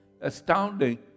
astounding